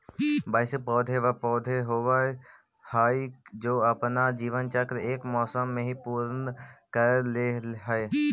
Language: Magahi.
वार्षिक पौधे व पौधे होवअ हाई जो अपना जीवन चक्र एक मौसम में ही पूर्ण कर ले हई